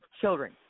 children